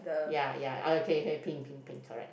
ya ya ah okay pink pink pink correct